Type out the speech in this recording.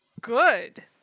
Good